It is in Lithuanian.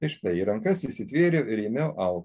tai štai įrankas įsitvėriau ir ėmiau augti